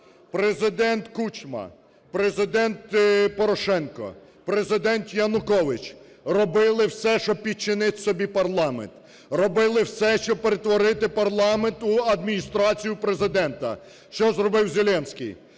Президент Кучма, Президент Порошенко, Президент Янукович робили все, щоб підчинити собі парламент, робили все, щоб перетворити парламент у Адміністрацію Президента. Що зробив Зеленський?